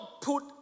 put